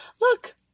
look